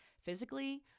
physically